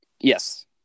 Yes